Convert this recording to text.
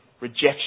rejection